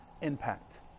impact